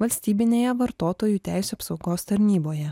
valstybinėje vartotojų teisių apsaugos tarnyboje